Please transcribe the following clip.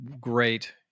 great